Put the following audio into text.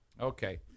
Okay